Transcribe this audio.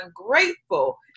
ungrateful